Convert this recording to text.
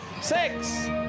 six